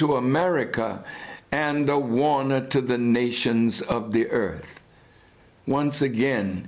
to america and no one not to the nations of the earth once again